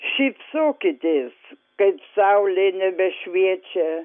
šypsokitės kai saulė nebešviečia